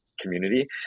community